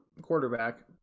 quarterback